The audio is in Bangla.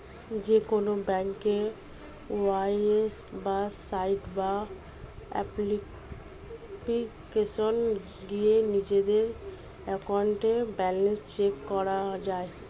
যেকোনো ব্যাংকের ওয়েবসাইট বা অ্যাপ্লিকেশনে গিয়ে নিজেদের অ্যাকাউন্টের ব্যালেন্স চেক করা যায়